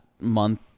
month